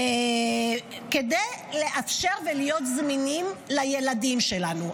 כדי לאפשר ולהיות זמינים לילדים שלנו.